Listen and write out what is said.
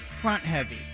Front-heavy